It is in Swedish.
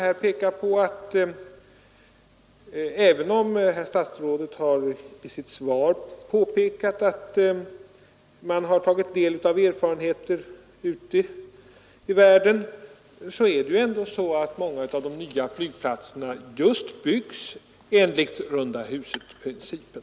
Även om statsrådet i sitt svar sade att man tagit del av erfarenheterna ute i världen, måste jag påpeka att många av de nya flygplatserna byggs just enligt rundahusprincipen.